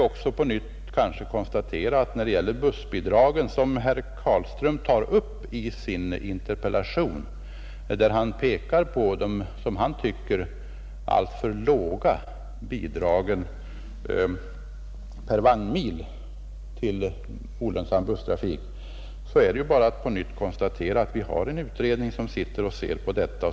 Beträffande bussbidragen som herr Carlström tar upp i sin interpellation, där han pekar på de som han tycker alltför låga bidragen per vagnmil till olönsam busstrafik, är det bara att på nytt konstatera att vi har tillsatt en utredning som ser över den frågan.